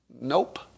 Nope